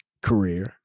career